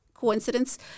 Coincidence